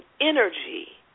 energy